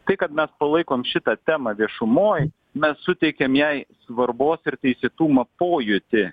tai kad mes palaikom šitą temą viešumoj mes suteikiam jai svarbos ir teisėtumo pojūtį